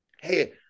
hey